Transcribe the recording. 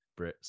Brits